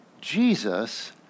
Jesus